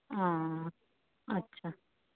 ও আচ্ছা